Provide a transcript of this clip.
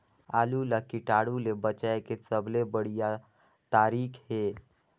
आलू ला कीटाणु ले बचाय के सबले बढ़िया तारीक हे?